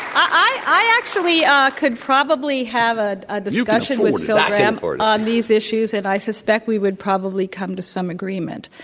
i actually ah could probably have a ah discussion with phil gramm on these issues, and i suspect we would probably come to some agreement.